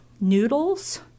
noodles